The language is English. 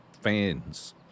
fans